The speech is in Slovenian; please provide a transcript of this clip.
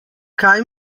kaj